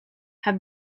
have